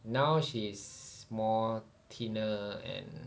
now she's more thinner and